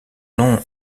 nom